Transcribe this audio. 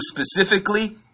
specifically